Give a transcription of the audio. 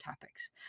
topics